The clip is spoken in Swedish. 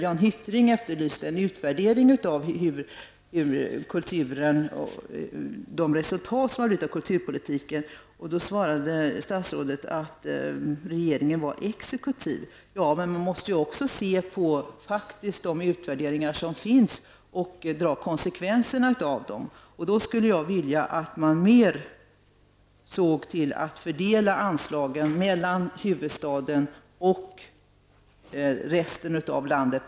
Jan Hyttring frågade vilka resultat som har uppnåtts genom kulturpolitiken, och då svarade statsrådet att regeringen var exekutiv. Men det är ju faktiskt också nödvändigt att se på de utvärderingar som är gjorda och dra konsekvenserna av dem. Jag skulle då vilja att man i större utsträckning och på ett annorlunda sätt såg till att fördela anslagen mellan huvudstaden och resten av landet.